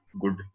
good